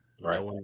right